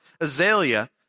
Azalea